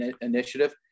Initiative